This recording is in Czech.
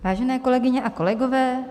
Vážené kolegyně a kolegové.